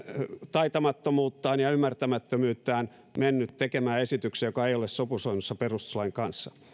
taitamattomuuttaan ja ymmärtämättömyyttään mennyt tekemään esityksen joka ei ole sopusoinnussa perustuslain kanssa